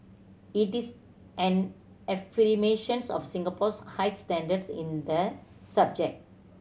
it is an affirmation of Singapore's high standards in the subject